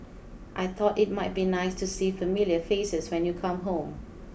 I thought it might be nice to see familiar faces when you come home